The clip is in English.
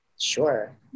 Sure